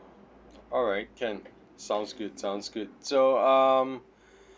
alright can sounds good sounds good so um